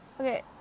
okay